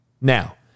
Now